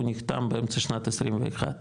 הוא נחתם באמצע שנת 21,